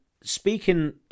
Speaking